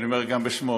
ואני אומר גם בשמו,